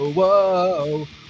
whoa